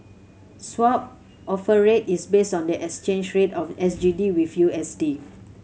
Swap Offer Rate is based on the exchange rate of S G D with U S D